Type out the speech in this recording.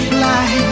Fly